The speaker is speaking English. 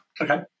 Okay